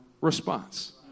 response